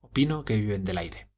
opino que viven del aire